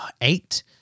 eight